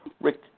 Rick